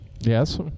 Yes